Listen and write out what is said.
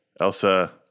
Elsa